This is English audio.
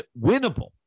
winnable